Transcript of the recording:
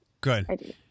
Good